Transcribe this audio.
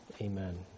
Amen